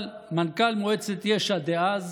אבל מנכ"ל מועצת יש"ע דאז